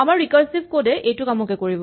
আমাৰ recursive code এ এইটো কামকে কৰিব